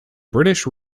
british